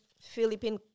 Philippine